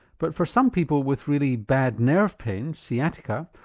but for some people with really bad nerve pain, sciatica,